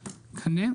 (3) קנה,